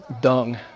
dung